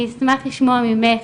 אני אשמח לשמוע ממך,